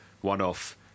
one-off